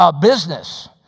Business